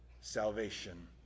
salvation